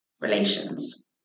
relations